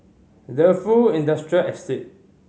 Defu Industrial Estate